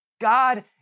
God